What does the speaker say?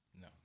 No